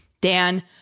Dan